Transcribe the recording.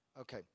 Okay